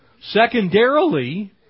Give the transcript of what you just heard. secondarily